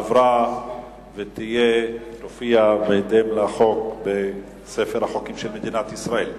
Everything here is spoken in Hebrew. עבר ויופיע בהתאם לחוק בספר החוקים של מדינת ישראל.